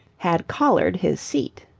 had collared his seat.